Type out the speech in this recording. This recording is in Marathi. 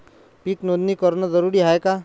पीक नोंदनी भरनं जरूरी हाये का?